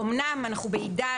אמנם אנחנו בעידן